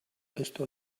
esto